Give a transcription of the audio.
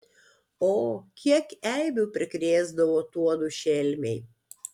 o kiek eibių prikrėsdavo tuodu šelmiai